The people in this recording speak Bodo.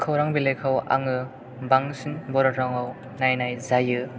खौरां बिलाइखौ आङो बांसिन बर' रावआव नायनाय जायो